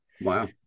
Wow